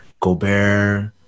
Gobert